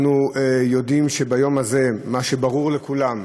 אנחנו יודעים שביום הזה, מה שברור לכולם,